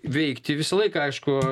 veikti visą laiką aišku